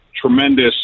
tremendous